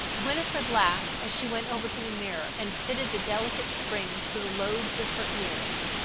winifred laughed as she went over to the mirror and fitted the delicate springs to the lobes of her ears.